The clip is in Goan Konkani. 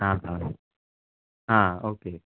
आं आं आं ओके